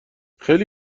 خیلی